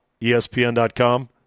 ESPN.com